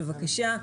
בבקשה,